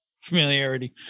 familiarity